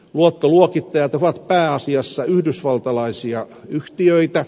luottoluokittajat ovat pääasiassa yhdysvaltalaisia yhtiöitä